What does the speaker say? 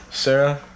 Sarah